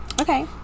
okay